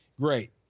great